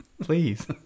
please